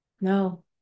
No